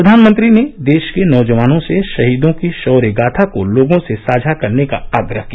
प्रधानमंत्री ने देश के नौजवानों से शहीदों की शौर्य गाथा को लोगों से साझा करने का आग्रह किया